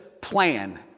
plan